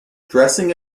dressing